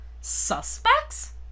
suspects